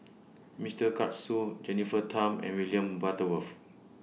Mister Karesu Jennifer Tham and William Butterworth